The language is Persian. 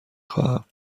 خواهم